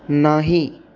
नाही